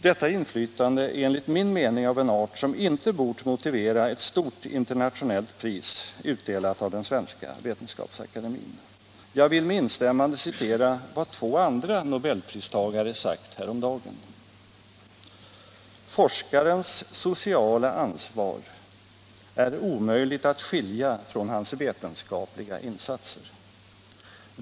Detta inflytande är enligt min mening av en art som inte bort motivera ett stort internationellt pris utdelat av den svenska Vetenskapsakademien. Jag vill med instämmande citera vad två andra nobelpristagare sagt häromdagen: ”Forskarens sociala ansvar är omöjligt att skilja från hans vetenskapliga insatser.